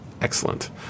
excellent